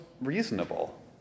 reasonable